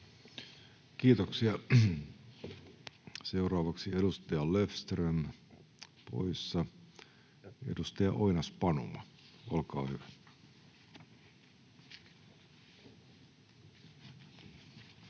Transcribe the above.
Kiitoksia. — Seuraavaksi edustaja Löfström, poissa. — Edustaja Oinas-Panuma, olkaa hyvä.